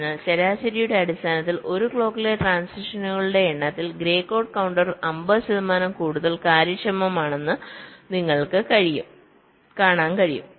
അതിനാൽ ശരാശരിയുടെ അടിസ്ഥാനത്തിൽ ഒരു ക്ലോക്കിലെ ട്രാന്സിഷനുകളുടെ എണ്ണത്തിൽ ഗ്രേ കോഡ് കൌണ്ടർ 50 ശതമാനം കൂടുതൽ കാര്യക്ഷമമാണെന്ന് നിങ്ങൾക്ക് കാണാൻ കഴിയും